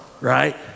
right